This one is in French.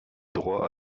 droit